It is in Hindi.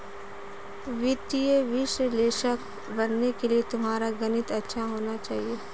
वित्तीय विश्लेषक बनने के लिए तुम्हारा गणित अच्छा होना चाहिए